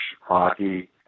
hockey